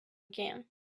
again